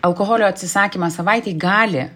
alkoholio atsisakymas savaitei gali